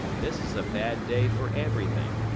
this is a bad day for everything.